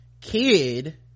kid